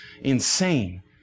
insane